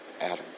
Adam